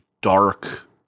dark